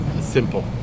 Simple